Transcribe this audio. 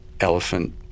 elephant